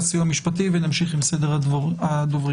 הסיוע המשפטי ונמשיך עם סדר הדוברים.